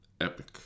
epic